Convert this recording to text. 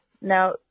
Now